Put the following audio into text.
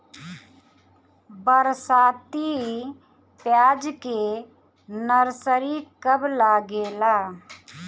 बरसाती प्याज के नर्सरी कब लागेला?